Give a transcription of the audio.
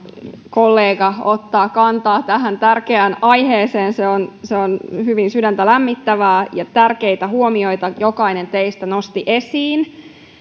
kollega ottaa kantaa tähän tärkeään aiheeseen se on hyvin sydäntä lämmittävää ja tärkeitä huomioita jokainen teistä nosti esiin